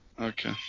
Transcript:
Okay